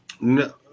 No